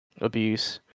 abuse